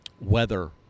weather